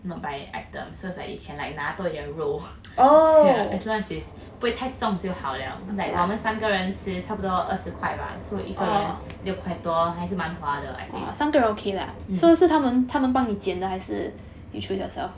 not by item so it's like you can like 拿多一点肉 as long as it's 不会太重就好了我们三个人吃差不多二十块吧 so 一个人六块多 lor 还是蛮划的 I think mm